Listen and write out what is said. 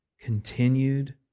continued